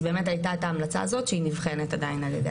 באמת הייתה את ההמלצה הזאת שנבחנת עדיין על ידי השר.